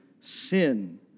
sin